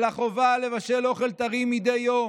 על החובה לבשל אוכל טרי מדי יום,